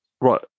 right